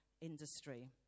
industry